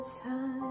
time